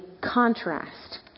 contrast